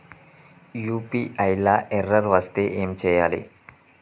UPI లా error వస్తే ఏం చేయాలి?